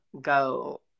go